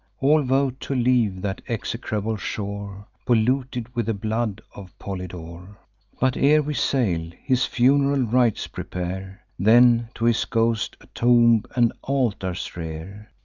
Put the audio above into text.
all vote to leave that execrable shore, polluted with the blood of polydore but, ere we sail, his fun'ral rites prepare, then, to his ghost, a tomb and altars rear.